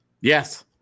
yes